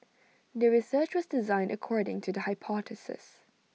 the research was designed according to the hypothesis